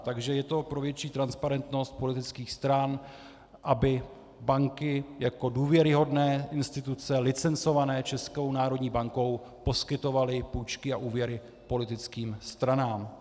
Takže je to pro větší transparentnost politických stran, aby banky jako důvěryhodné instituce licencované Českou národní bankou poskytovaly půjčky a úvěry politickým stranám.